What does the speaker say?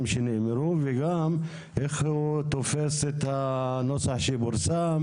שנאמרו וגם איך הוא תופס את הנוסח שפורסם,